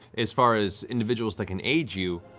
as far as individuals that can aid you,